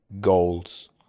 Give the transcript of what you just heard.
goals